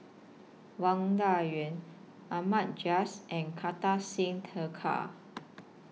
Wang Dayuan Ahmad Jais and Kartar Singh Thakral